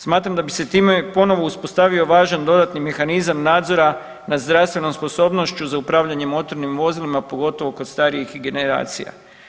Smatram da bi se time ponovo uspostavio važan dodatni mehanizam nadzora nad zdravstvenom sposobnošću za upravljanje motornim vozilima pogotovo kod starijih generacija.